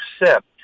accept